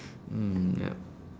mm yup